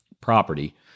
property